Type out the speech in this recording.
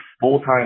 full-time